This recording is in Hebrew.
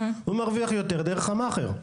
הוא מרוויח יותר דרך המאכער.